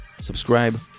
subscribe